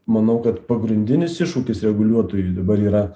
manau kad pagrindinis iššūkis reguliuotojui dabar yra